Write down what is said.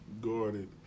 guarded